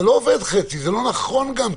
זה לא נכון גם.